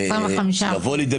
זה יבוא לידי